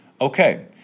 Okay